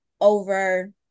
over